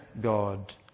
God